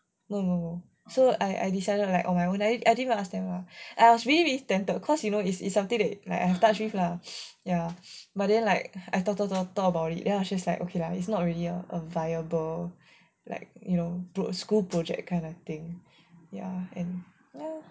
no no no so I I decided like oh I didn't even ask them lah I was really tempted cause you know it's it's something that like I have touch with lah ya but then like I thought thought thought about it then I was just like okay lah it's not really a viable like you know school project kind of thing ya and